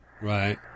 Right